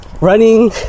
Running